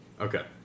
Okay